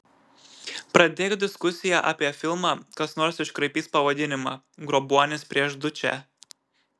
pradėk diskusiją apie filmą kas nors iškraipys pavadinimą grobuonis prieš dučę